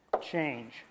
change